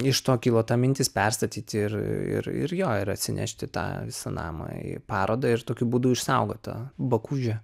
iš to kilo ta mintis perstatyti ir ir ir jo ir atsinešti tą visą namą į parodą ir tokiu būdu išsaugot tą bakūžę